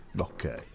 okay